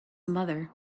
mother